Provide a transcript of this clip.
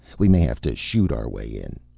we may have to shoot our way in.